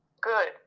good